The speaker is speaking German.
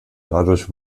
dadurch